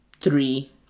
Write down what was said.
three